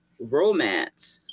romance